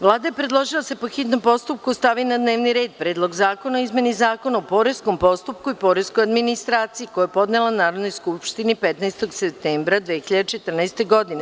Vlada je predložila da se, po hitnom postupku, stavi na dnevni red Predlog zakona o izmeni Zakona o poreskom postupku i poreskoj administraciji, koji je podnela Narodnoj skupštini 15. septembra 2014. godine.